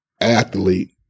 athlete